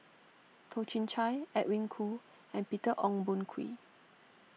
Toh Chin Chye Edwin Koo and Peter Ong Boon Kwee